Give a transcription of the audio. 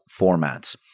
formats